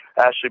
Ashley